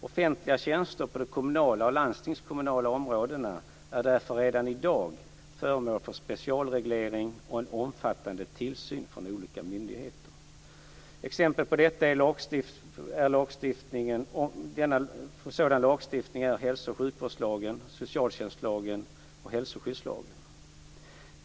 Offentliga tjänster på de kommunala och landstingskommunala områdena är därför redan i dag föremål för specialreglering och en omfattande tillsyn från olika myndigheter. Exempel på sådan lagstiftning är hälso och sjukvårdslagen , socialtjänstlagen och hälsoskyddslagen .